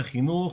חינוך,